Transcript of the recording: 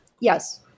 Yes